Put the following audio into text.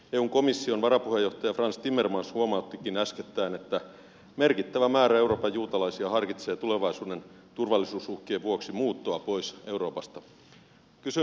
eun komission varapuheenjohtaja frans timmermans huomauttikin äskettäin että merkittävä määrä euroopan juutalaisia harkitsee tulevaisuuden turvallisuusuhkien vuoksi muuttoa pois euroopasta